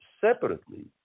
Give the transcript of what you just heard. separately